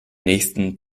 nächsten